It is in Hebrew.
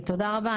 תודה רבה.